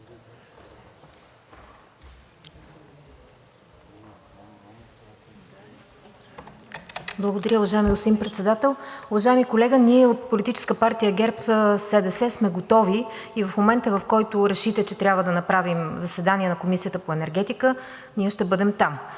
Благодаря, уважаеми господин Председател. Уважаеми колега, от Политическа партия ГЕРБ-СДС сме готови в момента, в който решите, че трябва да направим заседание на Комисията по енергетика, ние ще бъдем там.